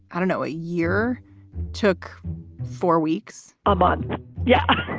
i don't know, a year took four weeks ah but yeah.